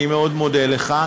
אני מאוד מודה לך.